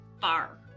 far